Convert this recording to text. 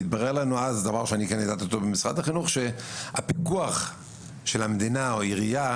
והתברר לנו אז שהפיקוח של המדינה או העירייה